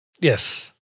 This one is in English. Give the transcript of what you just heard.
Yes